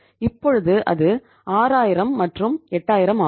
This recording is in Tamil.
இப்போது அது 6000 மற்றும் 8000 ஆகும்